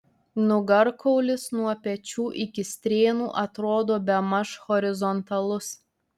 nugarkaulis nuo pečių iki strėnų atrodo bemaž horizontalus